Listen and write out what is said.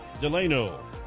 Delano